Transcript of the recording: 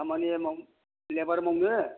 खामानिया माव लेबार मावनो